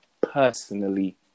personally